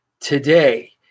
Today